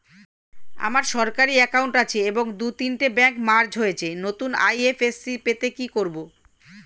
আমার সরকারি একাউন্ট আছে এবং দু তিনটে ব্যাংক মার্জ হয়েছে, নতুন আই.এফ.এস.সি পেতে কি করব?